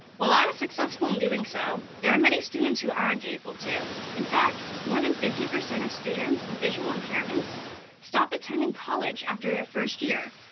while i was successful in doing so, there are many students who aren't able to. in fact, more than fifty percent of students with visual impairments stop attending college after their first year,